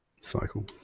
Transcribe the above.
Cycle